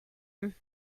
home